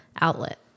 outlet